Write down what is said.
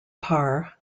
parr